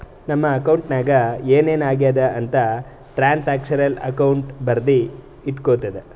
ನಮ್ ಅಕೌಂಟ್ ನಾಗ್ ಏನ್ ಏನ್ ಆಗ್ಯಾದ ಅಂತ್ ಟ್ರಾನ್ಸ್ಅಕ್ಷನಲ್ ಅಕೌಂಟ್ ಬರ್ದಿ ಇಟ್ಗೋತುದ